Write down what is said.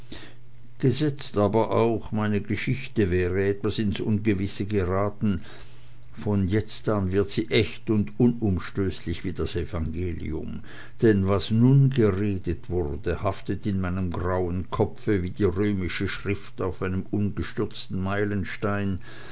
gesetzt aber auch meine geschichte wäre etwas ins ungewisse geraten von jetzt an wird sie echt und unumstößlich wie das evangelium denn was nun geredet wurde haftet in meinem grauen kopfe wie die römische schrift auf einem umgestürzten